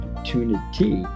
opportunity